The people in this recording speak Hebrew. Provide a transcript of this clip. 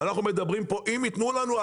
ואנחנו מדברים פה אם יתנו לנו,